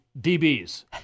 DBs